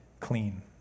clean